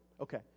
Okay